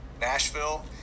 Nashville